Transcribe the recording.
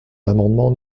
l’amendement